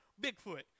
Bigfoot